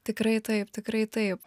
tikrai taip tikrai taip